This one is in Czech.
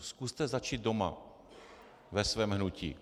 Zkuste začít doma, ve svém hnutí.